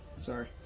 Sorry